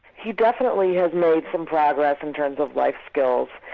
he definitely has made some progress in terms of life skills.